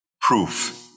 proof